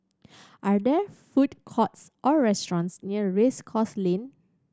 are there food courts or restaurants near Race Course Lane